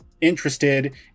interested